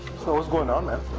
hey, what's going on man?